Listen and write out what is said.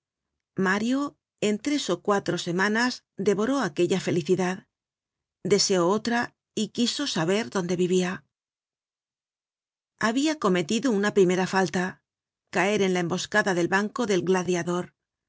mario en tres ó cuatro semanas devoró aquella felicidad deseó otra y quiso saber dónde vivia habia cometido una primera falta caer en la emboscada del banco del gladiador